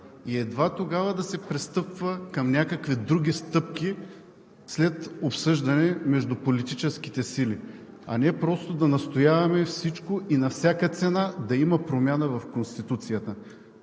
и едва тогава да се пристъпва към някакви други стъпки – след обсъждане между политическите сили. Не просто да настояваме на всяка цена да има промяна в Конституцията.